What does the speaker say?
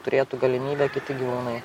turėtų galimybę kiti gyvūnai